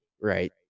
right